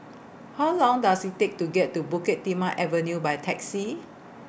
How Long Does IT Take to get to Bukit Timah Avenue By Taxi